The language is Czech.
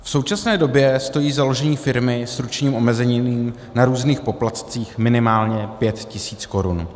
V současné době stojí založení firmy s ručením omezeným na různých poplatcích, minimálně 5 tisíc korun.